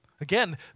Again